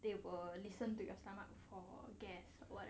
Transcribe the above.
they were listen to your stomach for gas